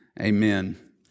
Amen